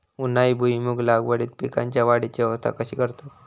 उन्हाळी भुईमूग लागवडीत पीकांच्या वाढीची अवस्था कशी करतत?